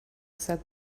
said